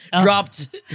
dropped